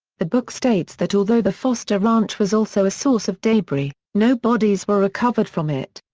the book states that although the foster ranch was also a source of debris, no bodies were recovered from it.